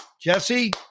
Jesse